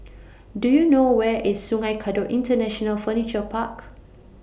Do YOU know Where IS Sungei Kadut International Furniture Park